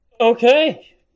Okay